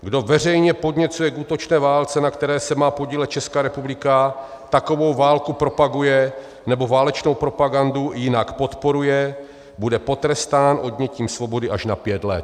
Kdo veřejně podněcuje k útočné válce, na které se má podílet Česká republika, takovou válku propaguje nebo válečnou propagandu jinak podporuje, bude potrestán odnětím svobody až na pět let.